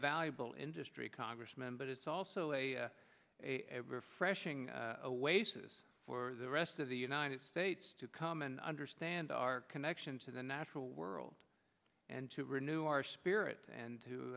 valuable industry congressman but it's also a refreshing for the rest of the united states to come and understand our connection to the natural world and to renew our spirit and to